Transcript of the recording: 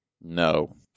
No